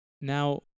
now